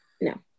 No